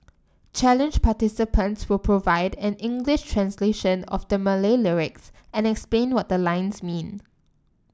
challenge participants will provide an English translation of the Malay lyrics and explain what the lines mean